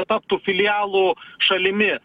taptų filialų šalimi